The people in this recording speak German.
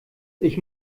ich